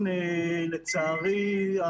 לצערי,